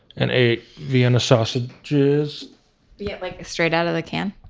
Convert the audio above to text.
and ate vienna sausages yeah, like straight out of the can?